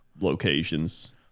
locations